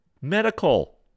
Medical